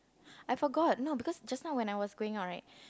I forgot no because just now when I was going out right